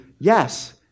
Yes